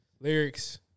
lyrics